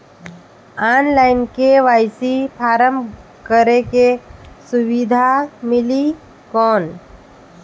Online KYC form करेके सुविधा मिली कौन?